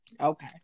Okay